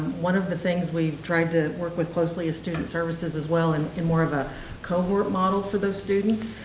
one of the things we tried to work with closely is student services as well and in more of a cohort model for those students.